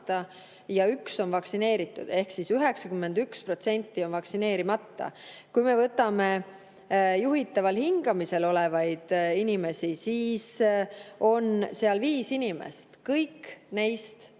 ja üks on vaktsineeritud. Ehk 91% on vaktsineerimata. Kui me võtame juhitaval hingamisel olevad inimesed, siis seal on viis inimest – kõik neist,